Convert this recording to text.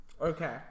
Okay